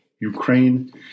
Ukraine